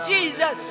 Jesus